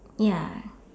ya